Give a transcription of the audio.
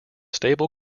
staple